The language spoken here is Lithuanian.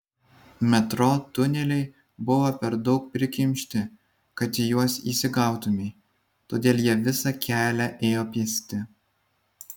metro tuneliai buvo per daug prikimšti kad į juos įsigautumei todėl jie visą kelią ėjo pėsti